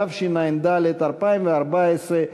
התשע"ד 2014,